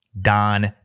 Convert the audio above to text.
Don